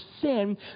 sin